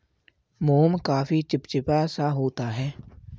मोम काफी चिपचिपा सा होता है